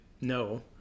no